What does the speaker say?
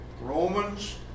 Romans